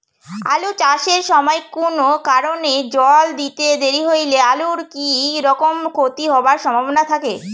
আলু চাষ এর সময় কুনো কারণে জল দিতে দেরি হইলে আলুর কি রকম ক্ষতি হবার সম্ভবনা থাকে?